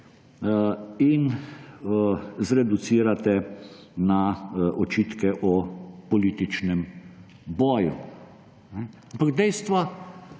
in zreducirate na očitke o političnem boju.